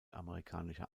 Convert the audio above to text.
amerikanischer